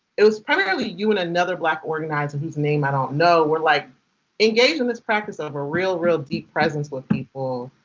it was primarily you and another black organizer, whose name i don't know. you were like engaged in this practice of a real, real deep presence with people.